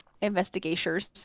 investigators